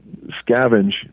scavenge